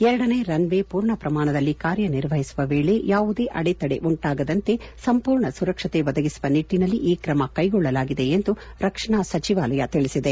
ಎರಡನೇ runway ಪೂರ್ಣ ಪ್ರಮಾಣದಲ್ಲಿ ಕಾರ್ಯನಿರ್ವಹಿಸುವ ವೇಳೆ ಯಾವುದೇ ಅಡತಡೆ ಉಂಟಾಗದಂತೆ ಸಂಪೂರ್ಣ ಸುರಕ್ಷತೆ ಒದಗಿಸುವ ನಿಟ್ಟನಲ್ಲಿ ಈ ಕ್ರಮ ಕೈಗೊಳ್ಳಲಾಗಿದೆ ಎಂದು ರಕ್ಷಣಾ ಸಚಿವಾಲಯ ತಿಳಿಸಿದೆ